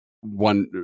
one